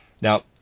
Now